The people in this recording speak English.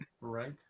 Right